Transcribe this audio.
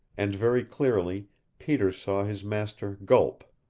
and very clearly peter saw his master gulp,